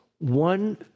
one